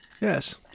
Yes